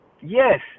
Yes